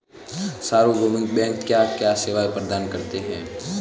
सार्वभौमिक बैंक क्या क्या सेवाएं प्रदान करते हैं?